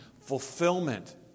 fulfillment